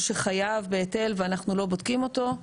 שחייב בהיטל ואנחנו לא בודקים אותו,